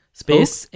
space